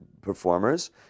performers